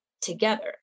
Together